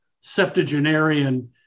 septuagenarian